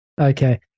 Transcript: okay